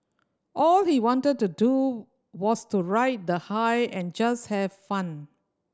all he wanted to do was to ride the high and just have fun